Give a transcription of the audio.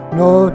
no